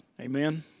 amen